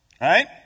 right